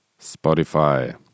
Spotify